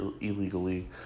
illegally